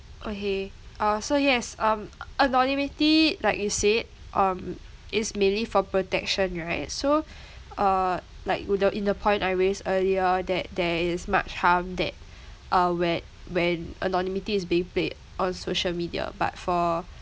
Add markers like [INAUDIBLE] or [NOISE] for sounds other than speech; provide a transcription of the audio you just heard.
okay uh so yes um anonymity like you said um is mainly for protection right so [BREATH] uh like would the in the point I raised earlier on that there is much harm that uh where when anonymity is being played on social media but for